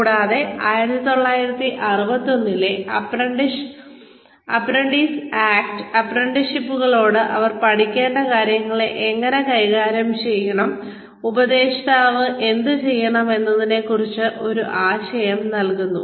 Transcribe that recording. കൂടാതെ 1961ലെ apprentice act അപ്രന്റീസുകളോട് അവർ പഠിക്കേണ്ട കാര്യങ്ങളെ എങ്ങനെ കൈകാര്യം ചെയ്യണം ഉപദേഷ്ടാവ് എന്തുചെയ്യണം എന്നതിനെക്കുറിച്ച് ഒരു ആശയം നൽകുന്നു